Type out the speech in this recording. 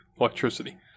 electricity